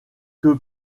que